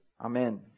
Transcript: Amen